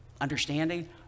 understanding